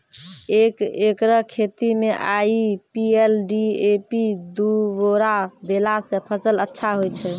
एक एकरऽ खेती मे आई.पी.एल डी.ए.पी दु बोरा देला से फ़सल अच्छा होय छै?